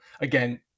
again